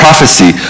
Prophecy